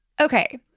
okay